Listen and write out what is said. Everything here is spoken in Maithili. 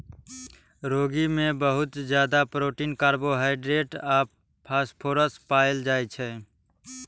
रागी मे बहुत ज्यादा प्रोटीन, कार्बोहाइड्रेट आ फास्फोरस पाएल जाइ छै